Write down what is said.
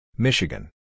Michigan